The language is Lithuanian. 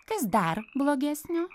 kas dar blogesnio